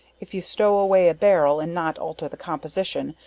if you stow away a barrel and not alter the composition,